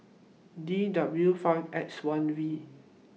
D W five X one V